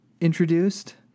introduced